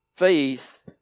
Faith